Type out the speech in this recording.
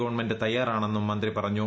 government തയ്യാറാണെന്നുട് മശ്തി പറഞ്ഞു